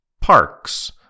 Parks